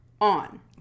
on